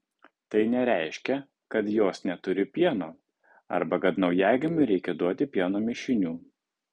tai nereiškia kad jos neturi pieno arba kad naujagimiui reikia duoti pieno mišinių